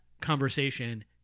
conversation